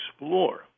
explore